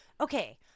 okay